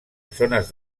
zones